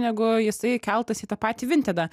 negu jisai keltas į tą patį vintedą